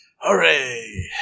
Hooray